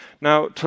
Now